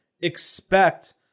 expect